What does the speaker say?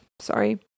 Sorry